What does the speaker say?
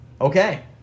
Okay